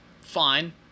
fine